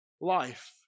life